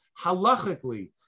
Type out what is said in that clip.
halachically